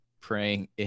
praying